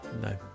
no